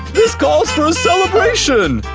this calls for a celebration!